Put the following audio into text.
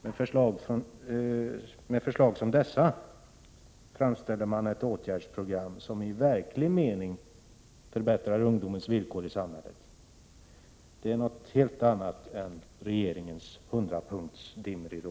Med förslag som dessa åstadkommer man ett åtgärdsprogram som i verklig mening förbättrar ungdomens villkor i samhället. Det är något helt annat än regeringens ”100-punktsdimridå”.